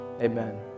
Amen